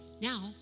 Now